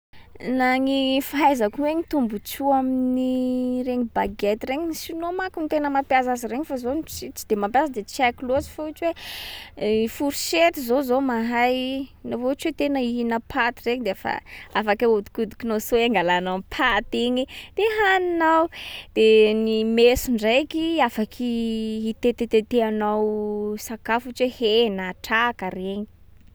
Laha gny fahaizako hoe ny tombotsoa amin’ny regny baguette regny, sinoa manko no tena mampiasa azy regny fa zao ts- tsy de mampiasa de tsy haiko loatsy. Fa ohatry hoe fouchette zao zaho mahay. Na ohatry hoe tena hihina paty regny de fa afaky ahodikodikinao soa i angalanao paty igny i, de haninao. De ny meso ndraiky, afaky hitetetetehanao sakafo ohatra hoe hena a, traka regny.